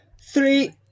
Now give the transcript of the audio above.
Three